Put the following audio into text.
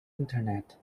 internet